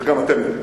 וגם אתם יודעים.